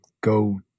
go